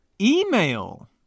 email